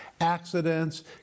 accidents